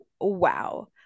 wow